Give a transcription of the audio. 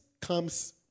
comes